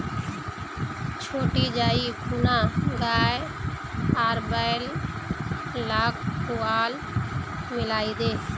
छोटी जाइ खूना गाय आर बैल लाक पुआल मिलइ दे